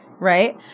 right